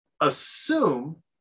assume